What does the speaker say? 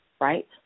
Right